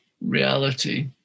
reality